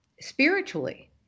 spiritually